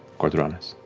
ghor dranas.